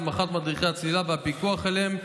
הסמכת מדריכי הצלילה והפיקוח עליהם.